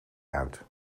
uit